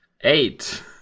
Eight